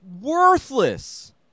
Worthless